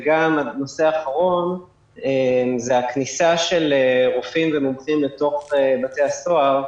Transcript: הנושא האחרון הוא כניסת רופאים ומומחים לתוך בתי הסוהר.